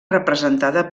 representada